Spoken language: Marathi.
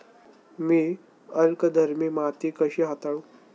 मी अल्कधर्मी माती कशी हाताळू?